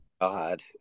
God